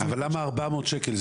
אבל למה 400 שקל?